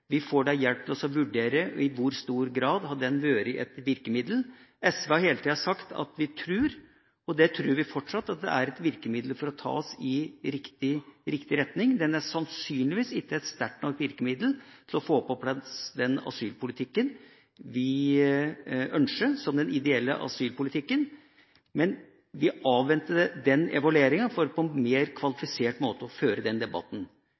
vært et virkemiddel. SV har hele tida sagt at vi tror – og det gjør vi fortsatt – at den er et virkemiddel for å ta oss i riktig retning. Den er sannsynligvis ikke et sterkt nok virkemiddel til å få på plass den ideelle asylpolitikken som vi ønsker. Men vi avventer evalueringa for på en mer kvalifisert måte å kunne føre den debatten.